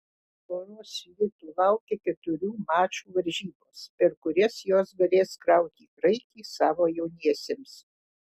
poros svitų laukia keturių mačų varžybos per kurias jos galės krauti kraitį savo jauniesiems